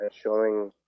showing